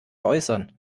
äußern